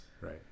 Right